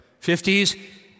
50s